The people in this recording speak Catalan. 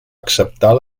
acceptar